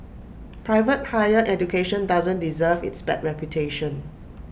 private higher education doesn't deserve its bad reputation